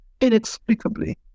inexplicably